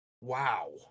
wow